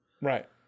Right